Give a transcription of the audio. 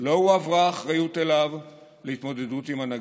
לא הועברה אליו האחריות להתמודדות עם הנגיף.